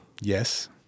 Yes